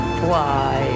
fly